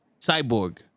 cyborg